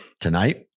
Tonight